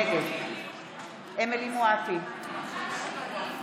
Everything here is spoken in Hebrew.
נגד אמילי חיה מואטי,